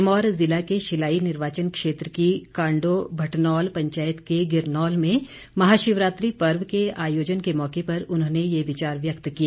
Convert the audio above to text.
सिरमौर ज़िला के शिलाई निर्वाचन क्षेत्र की कांडो भटनौल पंचायत के गिरनौल में महाशिवरात्रि पर्व के आयोजन के मौके पर उन्होंने ये विचार व्यक्त किए